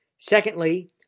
Secondly